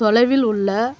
தொலைவில் உள்ள